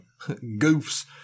goofs